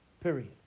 Period